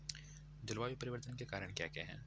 जलवायु परिवर्तन के कारण क्या क्या हैं?